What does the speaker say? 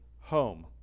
home